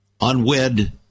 unwed